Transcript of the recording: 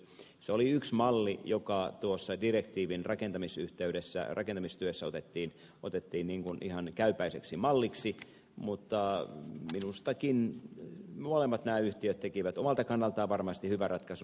se oli yksi malli joka tuossa direktiivin rakentamistyössä otettiin ihan käypäiseksi malliksi mutta minustakin nämä molemmat yhtiöt tekivät omalta kannaltaan varmasti hyvän ratkaisun